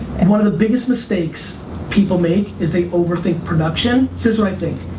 and one of the biggest mistakes people make is they over-think production. here's one i think,